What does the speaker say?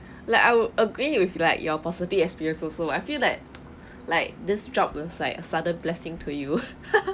like I would agree with like your positive experience also I feel that like this job website sudden blessing to you